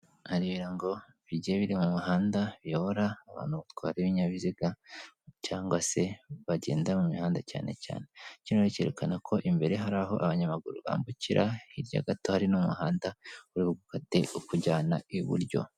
Hari ibirango bigiye biri mu muhanda biyobora abantu batwara ibinyabiziga cyangwa se bagenda mu mihanda cyane cyane, kino rero cyerekana ko imbere hari aho abanyamaguru bambukira, hirya gato hari n'umuhanda uribugufate ukujyana iburyo.